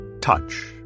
touch